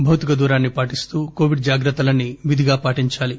భౌతిక దూరాన్ని పాటిస్తూ కోవిడ్ జాగ్రత్తలన్నీ విధిగా పాటించాలి